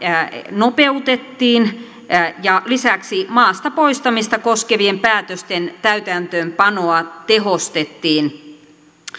nopeutettiin ja lisäksi maasta poistamista koskevien päätösten täytäntöönpanoa tehostettiin